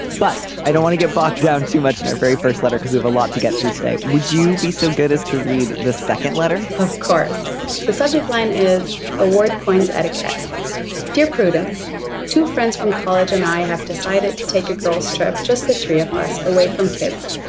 but i don't want to get bogged down too much in our very first letter because we have a lot to get through today. would you be so good as to read the second letter of course the subject line is award points etiquette dear prudence two friends from college and i have decided to take a girls trip just the three of us away from kids.